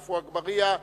עפו אגבאריה,